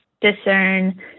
discern